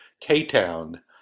K-Town